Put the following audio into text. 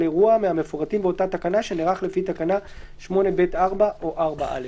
אירוע מהמפורטים באותה תקנה שנערך לפי תקנה 8(ב)(4) או (4א)".